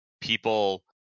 people